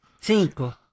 Cinco